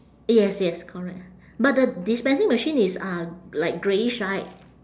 yes yes correct but the dispensing machine is uh like greyish right